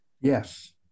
Yes